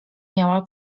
miała